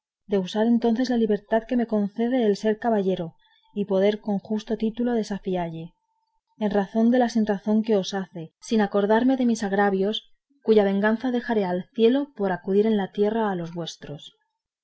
de usar entonces la libertad que me concede el ser caballero y poder con justo título desafialle en razón de la sinrazón que os hace sin acordarme de mis agravios cuya venganza dejaré al cielo por acudir en la tierra a los vuestros